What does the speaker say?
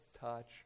touch